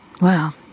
wow